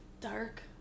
Dark